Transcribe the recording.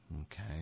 Okay